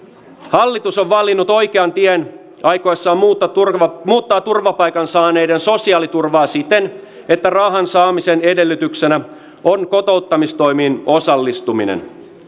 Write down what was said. hallitus on valinnut oikean tien aikoessaan muuttaa turvapaikan saaneiden sosiaaliturvaa siten että rahan saamisen edellytyksenä on kotouttamistoimiin osallistuminen